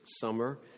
summer